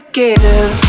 give